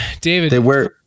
David